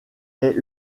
est